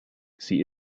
sie